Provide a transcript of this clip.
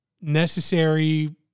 necessary